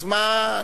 אז, מה,